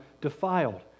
defiled